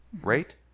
right